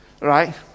right